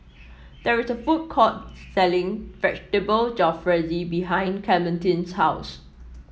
there is a food court selling Vegetable Jalfrezi behind Clementine's house